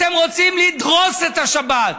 אתם רוצים לדרוס את השבת,